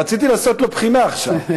רציתי לעשות לו בחינה עכשיו.